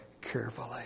carefully